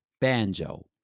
banjo